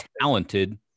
talented